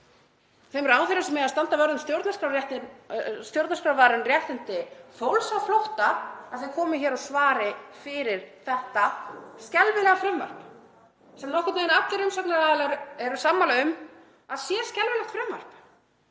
þeim ráðherrum sem eiga að standa vörð um stjórnarskrárvarin réttindi fólks á flótta, að þau komi hér og svari fyrir þetta skelfilega frumvarp, sem nokkurn veginn allir umsagnaraðilar eru sammála um að sé skelfilegt frumvarp